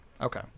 Okay